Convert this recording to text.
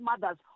mothers